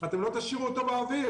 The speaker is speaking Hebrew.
אתם לא תשאירו אותו באוויר.